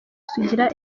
sugira